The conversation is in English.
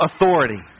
authority